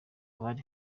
abari